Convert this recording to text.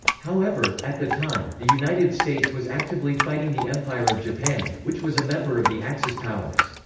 however, at the time, the united states was actively fighting the empire of japan, which was a member of the axis powers.